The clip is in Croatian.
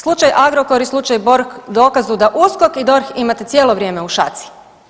Slučaj Agrokor i slučaj Borg dokaz su da USKOK i DORH imate cijelo vrijeme u šaci.